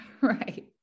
right